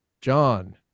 John